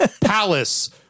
Palace